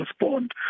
respond